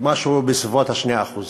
שאנחנו בסביבות ה-2%